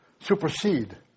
supersede